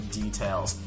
details